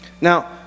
Now